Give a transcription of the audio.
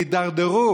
והידרדרו